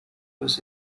was